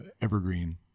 evergreen